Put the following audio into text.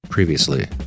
Previously